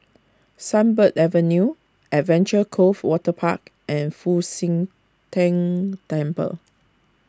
Sunbird Avenue Adventure Cove Waterpark and Fu Xi Tang Temple